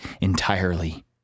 entirely